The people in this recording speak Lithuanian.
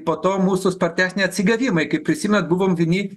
po to mūsų spartesnį atsigavimą ir kaip prisimenate buvom vieni